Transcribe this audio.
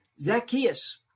Zacchaeus